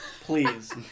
Please